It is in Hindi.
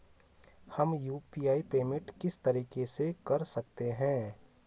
हम यु.पी.आई पेमेंट किस तरीके से कर सकते हैं?